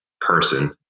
person